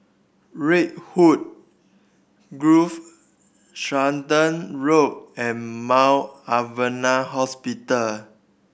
Redwood Grove Stratton Road and Mount Alvernia Hospital